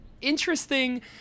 interesting